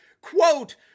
quote